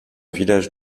village